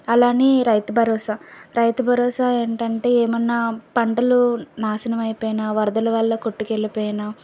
అలానే ఈ రైతు భరోసా రైతు భరోసా ఏంటంటే ఏమన్నా పంటలు నాశనం అయిపోయిన వరదల వల్ల కొట్టుకెళ్ళిపోయిన